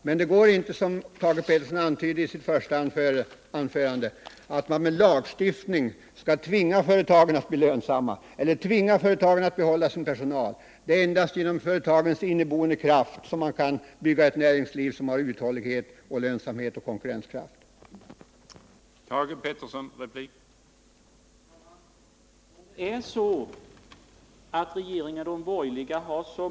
Men det går inte att, som Thage Peterson antydde i sitt första anförande, med lagstiftning tvinga företagen att bli lönsamma eller att tvinga dem att behålla sin personal. Det är endast genom företagens egen inneboende kraft som man kan bygga upp ett näringsliv med uthållighet, lönsamhet och konkurrenskraft. Den utvecklingen skall vi politiker stimulera.